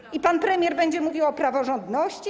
I pan premier będzie mówił o praworządności?